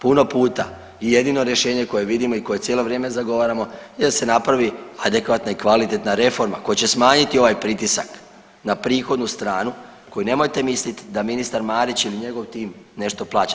Puno puta i jedino rješenje koje vidimo i koje cijelo vrijeme zagovaramo je da se napravi adekvatna i kvalitetna reforma koja će smanjiti ovaj pritisak na prihodnu stranu koju nemojte misliti da ministar Marić ili njegov tim nešto plaća.